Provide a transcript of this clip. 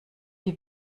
die